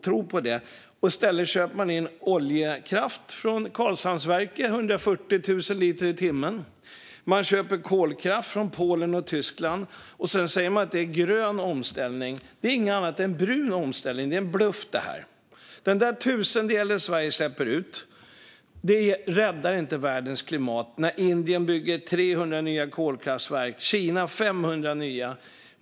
I stället får man köpa in oljekraft från Karlshamnsverket, 140 000 liter i timmen, och kolkraft från Polen och Tyskland, och så pratar man om grön omställning. Det är inget annat än brun omställning; det är en bluff. Att ta bort den där tusendelen som Sverige släpper ut räddar inte världens klimat när Indien bygger 300 nya kolkraftverk och Kina 500.